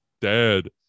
dead